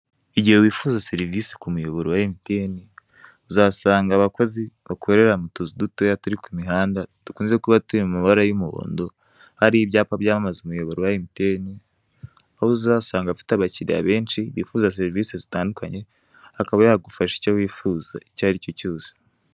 Igihe wifuza serivise ku muyoboro wa MTN, uzasanga abakozi bakorera mu tuzu dutoya turi ku mihanda, dukunze kuba turi mu mabara y'umuhondo, hari ibyapa byamamaza umuyoboro wa MTN, aho uzasanga afite abakiriya benshi bifuza serivise zitandukanye, akaba yagufasha icyo wifuza, icyo ari cyo cyose.